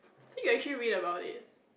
so you actually read about it